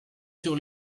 sur